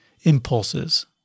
impulses